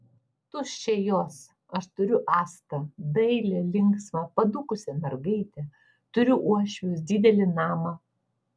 tuščia jos aš turiu astą dailią linksmą padūkusią mergaitę turiu uošvius didelį namą